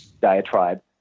diatribe